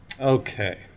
Okay